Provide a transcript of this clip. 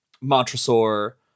montresor